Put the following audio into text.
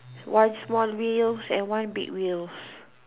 one small wheel and one big wheels